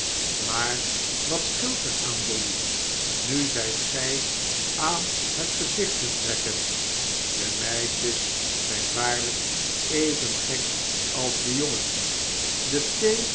maar wat scheelt er aan dolly nu zijt gij aan het gezichten trekken de meisjes zijn waarlijk even gek als de jongens de thee